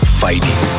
fighting